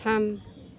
थाम